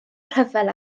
rhyfel